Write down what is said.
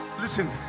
listen